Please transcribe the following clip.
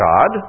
God